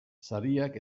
sariak